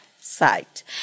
site